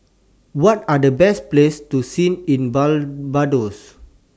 What Are The Best Places to See in Barbados